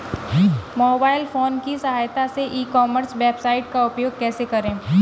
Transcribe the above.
Mobile phone की सहायता से ई कॉमर्स वेबसाइट का उपयोग कैसे करें?